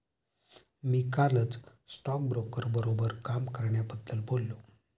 मी कालच स्टॉकब्रोकर बरोबर काम करण्याबद्दल बोललो